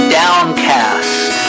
downcast